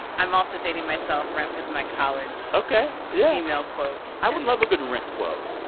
i'm also dating myself. rent was my college. ok, yeah. email quote i would love a good rent quote.